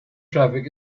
traffic